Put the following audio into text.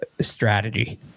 strategy